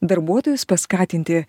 darbuotojus paskatinti